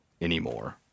anymore